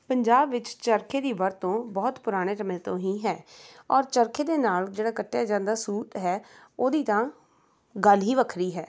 ਪੰਜਾਬ ਵਿੱਚ ਚਰਖੇ ਦੀ ਵਰਤੋਂ ਬਹੁਤ ਪੁਰਾਣੇ ਸਮੇਂ ਤੋਂ ਹੀ ਹੈ ਔਰ ਚਰਖੇ ਦੇ ਨਾਲ਼ ਜਿਹੜਾ ਕੱਤਿਆ ਜਾਂਦਾ ਸੂਤ ਹੈ ਉਹਦੀ ਤਾਂ ਗੱਲ ਹੀ ਵੱਖਰੀ ਹੈ